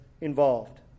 involved